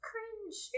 Cringe